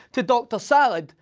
to dr. salads,